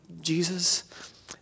Jesus